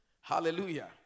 Hallelujah